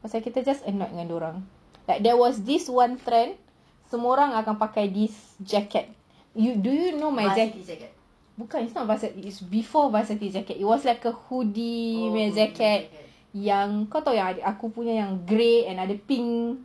pasal kita just annoyed dengan dorang like there was this one trend semua orang akan pakai this jacket do you know my jacket bukan varsity jacket it was before varsity jacket it was like a hoodie jacket yang kau tahu yang grey and another pink